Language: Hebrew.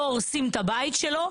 לא הורסים את הבית שלו,